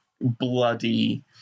bloody